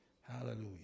Hallelujah